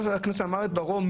הוא אמר את דברו.